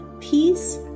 peace